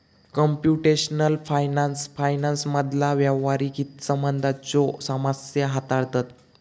computational finance फायनान्समधला व्यावहारिक हितसंबंधांच्यो समस्या हाताळता